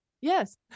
Yes